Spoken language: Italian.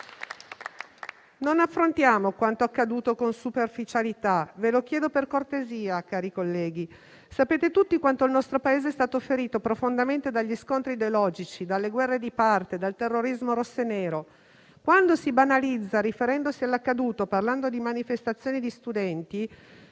Non affrontiamo quanto accaduto con superficialità, ve lo chiedo per cortesia, cari colleghi. Sapete tutti quanto il nostro Paese è stato ferito profondamente dagli scontri ideologici, dalle guerre di parte, dal terrorismo rosso e nero. Quando si banalizza riferendosi all'accaduto, parlando di manifestazioni di studenti,